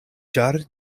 ĉar